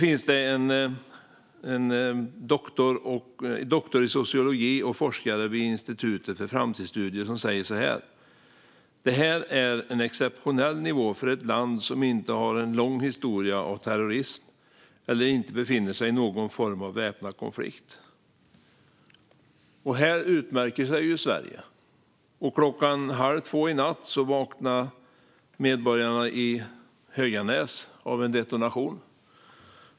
En doktor i sociologi och forskare vid Institutet för framtidsstudier säger så här: "Det här är en exceptionell nivå för ett land som inte har en lång historia av terrorism eller inte befinner sig i någon form av väpnad konflikt." Här utmärker sig Sverige. Klockan halv två i natt vaknade medborgarna i Höganäs av en detonation.